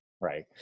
Right